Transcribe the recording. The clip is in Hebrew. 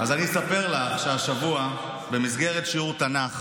אני אספר לך שהשבוע, במסגרת שיעור תנ"ך